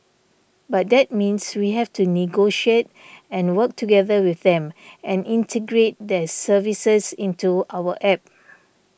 but that means we have to negotiate and work together with them and integrate their services into our app